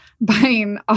buying